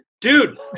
Dude